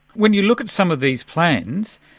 when you look at some of these plans,